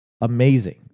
Amazing